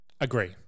agree